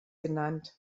genannt